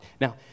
Now